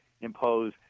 impose